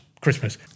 christmas